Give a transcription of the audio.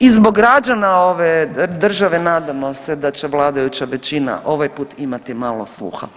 I zbog građana ove države nadamo se da će vladajuća većina ovaj put imati malo sluha.